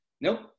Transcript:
nope